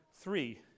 three